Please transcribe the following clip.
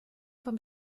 vom